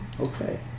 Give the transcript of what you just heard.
okay